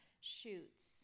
shoots